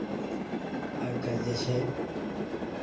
आइ काल्हि जे छै